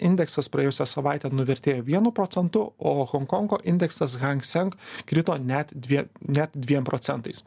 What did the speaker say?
indeksas praėjusią savaitę nuvertėjo vienu procentu o honkongo indeksas hangsenk krito net dvie net dviem procentais